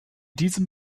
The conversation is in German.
diesem